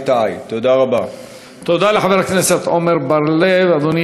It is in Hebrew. מדוע לא יושמו ההמלצות המקצועיות למרות הגשתן לפני יותר משנה וחצי?